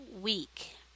week